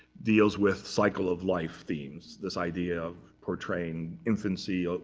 deals with cycle-of-life themes, this idea of portraying infancy, ah